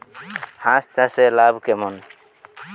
হাঁস চাষে লাভ কেমন?